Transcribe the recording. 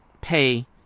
pay